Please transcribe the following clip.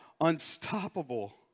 unstoppable